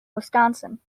wisconsin